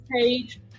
page